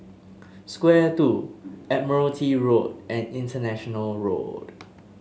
Square Two Admiralty Road and International Road